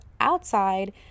outside